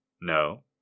No